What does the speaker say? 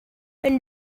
and